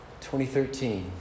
2013